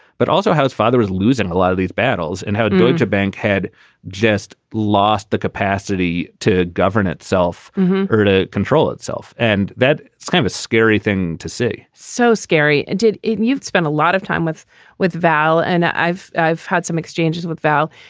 but also how his father is losing a lot of these battles and how good to bank had just lost the capacity to govern itself or to control itself. and that it's kind of a scary thing to see so scary. and did it. and you've spent a lot of time with with val and i've i've had some exchanges with val.